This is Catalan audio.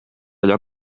allò